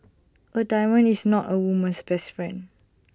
A diamond is not A woman's best friend